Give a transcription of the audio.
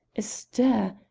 a stir,